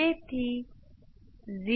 તે time constant છે